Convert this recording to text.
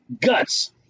Guts